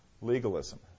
Legalism